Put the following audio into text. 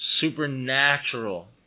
Supernatural